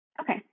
Okay